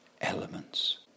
elements